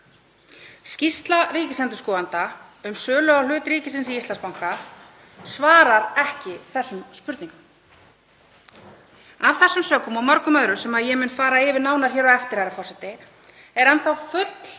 Skýrsla ríkisendurskoðanda um sölu á hlut ríkisins í Íslandsbanka svarar ekki þessum spurningum. Af þessum sökum og mörgum öðrum sem ég mun fara nánar yfir hér á eftir er enn þá full